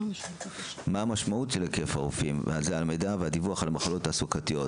6. מה המשמעות של היקף הרופאים על המידע והדיווח על מחלות תעסוקתיות?